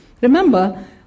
Remember